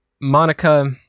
Monica